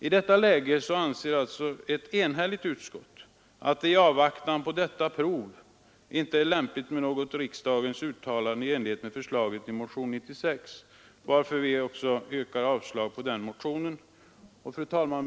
I detta läge anser alltså ett enhälligt utskott att det i avvaktan på detta prov inte är lämpligt med något riksdagens uttalande i enlighet med förslaget i motionen 96, varför vi avstyrker den motionen. Fru talman!